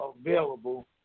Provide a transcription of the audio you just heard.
available